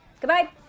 Goodbye